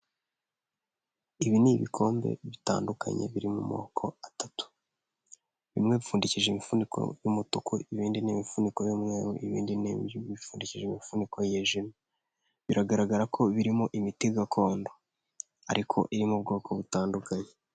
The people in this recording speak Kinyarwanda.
Ibi ni ibikombe bitandukanye biri mu moko atatu, bimwe bipfundikishije imifuniko y'umutuku, ibindi n'imifuniko y'umweru, ibindi ni ibipfundikije imifuniko yijimye, biragaragara ko birimo imiti gakondo ariko iri mu bwoko butandukanye.